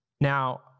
Now